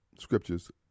scriptures